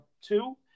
two